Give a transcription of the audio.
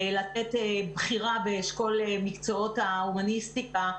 לתת בחירה באשכול מקצועות ההומניסטיקה,